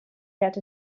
get